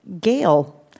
Gail